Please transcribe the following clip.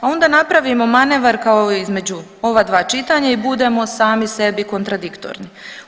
A onda napravimo manevar kao između ova dva čitanja i budemo sami sebi kontradiktorni.